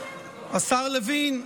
השר לוין,